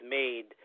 made